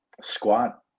squat